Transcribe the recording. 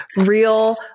real